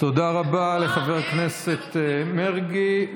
תודה רבה לחבר הכנסת מרגי.